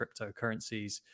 cryptocurrencies